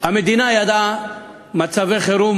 המדינה ידעה מצבי חירום,